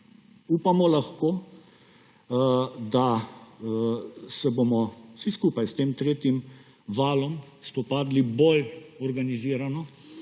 Upamo lahko, da se bomo vsi skupaj s tem tretjim valom spopadli bolj organizirano,